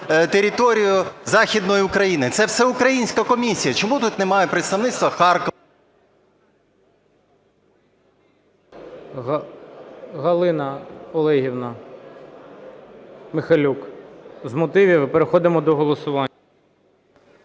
територію Західної України, це все українська комісія. Чому тут немає представництва Харкова… ГОЛОВУЮЧИЙ. Галина Олегівна Михайлюк з мотивів. І переходимо до голосування.